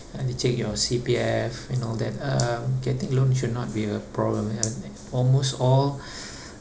and they check your C_P_F and all that um getting loan should not be a problem uh almost all